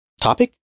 Topic